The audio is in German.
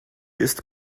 ist